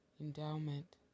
endowment